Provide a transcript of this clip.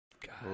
God